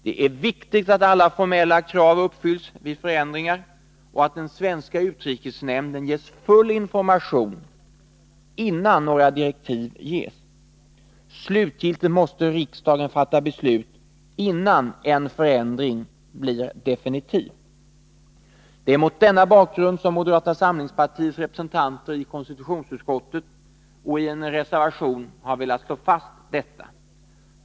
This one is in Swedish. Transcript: Det är viktigt att alla formella krav uppfylls vid förändringar och att den svenska utrikesnämnden ges full information innan några direktiv ges. Slutgiltigt måste riksdagen fatta beslut innan en förändring blir definitiv. Det är mot denna bakgrund som moderata samlingspartiets representanter i konstitutionsutskottet i en reservation velat Fyren Märket slå fast detta.